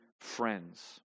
friends